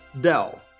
Dell